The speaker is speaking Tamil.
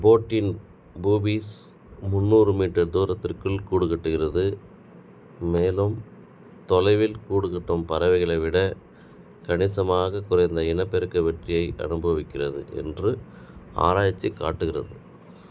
அபோட்டின் பூபிஸ் முந்நூறு மீட்டர் தூரத்திற்குள் கூடுகட்டுகிறது மேலும் தொலைவில் கூடு கட்டும் பறவைகளைவிட கணிசமாக குறைந்த இனப்பெருக்க வெற்றியை அனுபவிக்கிறது என்று ஆராய்ச்சி காட்டுகிறது